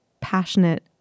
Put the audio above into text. passionate